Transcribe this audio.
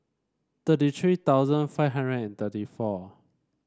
thirty three five hundred and thirty four